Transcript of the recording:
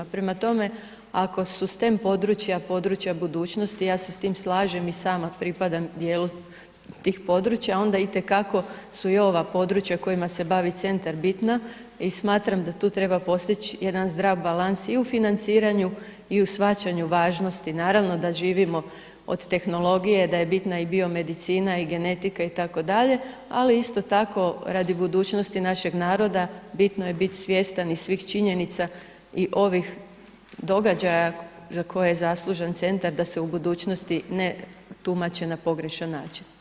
Prema tome, ako su stem područja, područja budućnosti, ja se s tim slažem i sama pripadam djelu tih područja, onda itekako su i ova područja kojima se bavi centar, bitna i smatram da tu treba postić jedan zdrav balans i u financiranju i u shvaćanju važnosti, naravno da živimo od tehnologije, da je bitna i bio medicina i genetika itd., ali isto tako radi budućnosti našeg naroda, bitno je bit svjestan i svih činjenica i ovih događaja za koje je zaslužan centar da se u budućnosti ne tumače na pogrešan način.